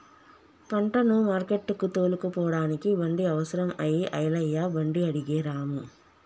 పంటను మార్కెట్టుకు తోలుకుపోడానికి బండి అవసరం అయి ఐలయ్య బండి అడిగే రాము